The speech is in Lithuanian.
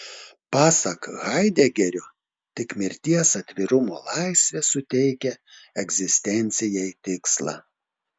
pasak haidegerio tik mirties atvirumo laisvė suteikia egzistencijai tikslą